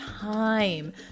time